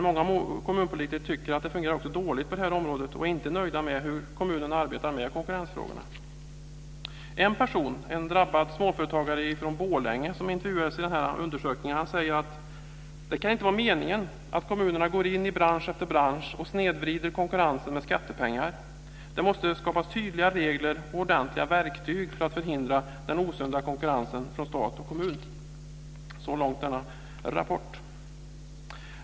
Många kommunpolitiker tycker att det fungerar dåligt på detta område och är inte nöjda med hur kommunen arbetar med konkurrensfrågorna. En person, en drabbad småföretagare från Borlänge, som intervjuats i denna undersökning säger: Det kan inte vara meningen att kommunerna går in i bransch efter bransch och snedvrider konkurrensen med skattepengar. Det måste skapas tydliga regler och ordentliga verktyg för att förhindra den osunda konkurrensen från stat och kommun. Så långt denna rapport.